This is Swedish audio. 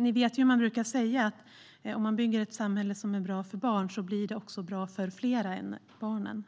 Ni vet att man brukar säga att om man bygger ett samhälle som är bra för barn blir det också bra för fler än barnen.